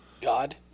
God